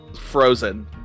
Frozen